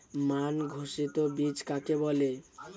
মান ঘোষিত বীজ কাকে বলে?